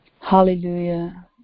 Hallelujah